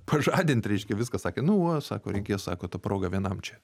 pažadint reiškia viską sakė nu va sako reikės sako ta proga vienam čia